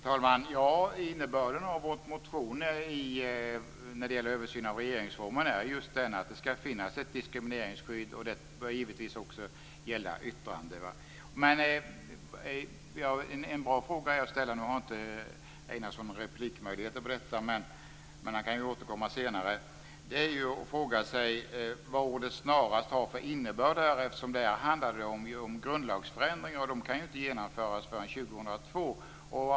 Herr talman! Innebörden av vår motion när det gäller översyn av regeringsformen är just att det skall finnas ett diskrimineringsskydd, och det bör givetvis också gälla yttrande. Nu har inte Einarsson någon replikmöjlighet, men han kan återkomma senare. Jag anser att en bra fråga att ställa sig är vad ordet snarast har för innebörd. Här handlar det om en grundlagsförändring och en sådan kan inte genomföras förrän år 2002.